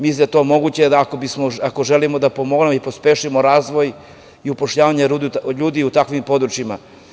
Mislim da je to moguće ako želimo da pomognemo i pospešimo razvoj i upošljavanje ljudi u takvim područjima.